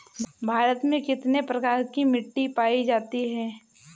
भारत में कितने प्रकार की मिट्टी पायी जाती है?